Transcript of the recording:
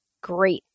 Great